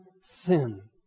sin